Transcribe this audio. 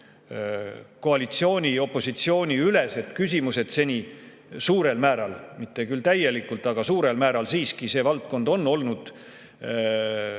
koalitsiooni ja opositsiooni ülesed küsimused, mitte küll täielikult, aga suurel määral siiski, see valdkond on olnud